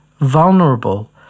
vulnerable